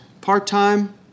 part-time